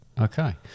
okay